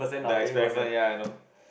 the experiment ya I know